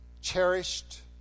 cherished